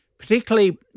particularly